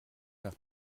nach